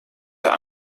der